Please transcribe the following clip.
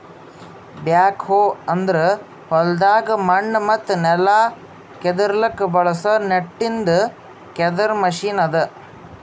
back ಹೋ ಅಂದುರ್ ಹೊಲ್ದಾಗ್ ಮಣ್ಣ ಮತ್ತ ನೆಲ ಕೆದುರ್ಲುಕ್ ಬಳಸ ನಟ್ಟಿಂದ್ ಕೆದರ್ ಮೆಷಿನ್ ಅದಾ